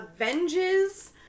avenges